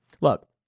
Look